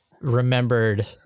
remembered